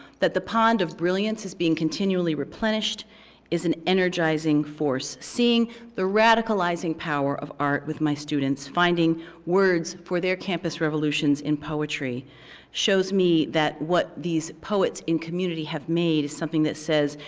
that the pond of brilliance is being continually replenished is an energizing force. seeing the radicalizing power of art with my students finding words for their campus revolutions in poetry shows me that what these poets in community have made is something that says.